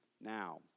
now